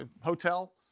hotel